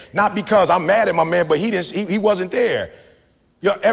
not because i'm mad at my man, but he didn't he wasn't there yeah,